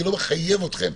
לא מחייב אתכם.